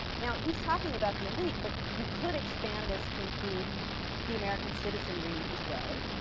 now, he's talking about the elite, but you could expand this to include the american citizenry as well,